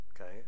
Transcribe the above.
Okay